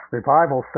Revival